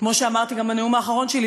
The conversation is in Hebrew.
כמו שאמרתי בנאום האחרון שלי,